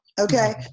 Okay